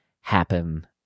happen